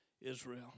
Israel